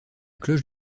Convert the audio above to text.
cloche